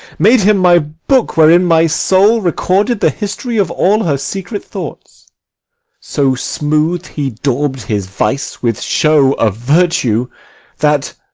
made him my book, wherein my soul recorded the history of all her secret thoughts so smooth he daub'd his vice with show of virtue that,